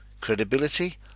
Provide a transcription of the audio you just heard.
Credibility